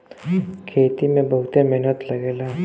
खेती में बहुते मेहनत लगेला